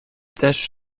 taches